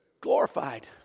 glorified